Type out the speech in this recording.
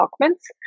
documents